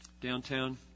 downtown